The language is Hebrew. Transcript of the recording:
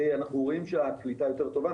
ואנחנו רואים שהקליטה יותר טובה.